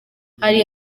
hari